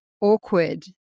awkward